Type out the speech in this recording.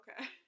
Okay